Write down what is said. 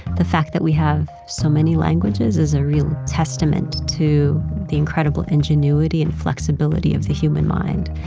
the fact that we have so many languages is a real testament to the incredible ingenuity and flexibility of the human mind,